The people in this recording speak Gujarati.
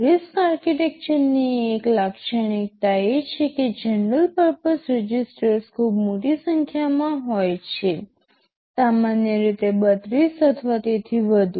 RISC આર્કિટેક્ચરની એક લાક્ષણિકતા એ છે કે જનરલ પર્પસ રજિસ્ટર્સ ખૂબ મોટી સંખ્યામાં હોય છે સામાન્ય રીતે 32 અથવા તેથી વધુ